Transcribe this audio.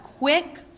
quick